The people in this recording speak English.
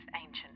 ancient